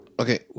Okay